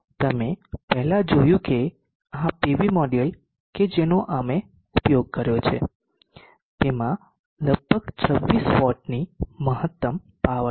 તમે પહેલાં જોયું છે કે આ પીવી મોડ્યુલ કે જેનો અમે ઉપયોગ કર્યો છે તેમાં લગભગ 26 વોટની મહત્તમ પાવર છે